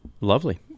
lovely